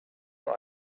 nur